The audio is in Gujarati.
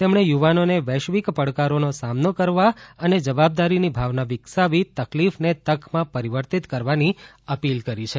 તેમણે યુવાનોને વૈશ્વિક પડકારોનો સામનો કરવા અને જવાબદારીની ભાવના વિકસાવી તકલીફને તકમાં પરીવર્તિત કરવાની અપીલ કરી છે